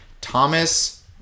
Thomas